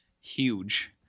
Huge